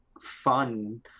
fun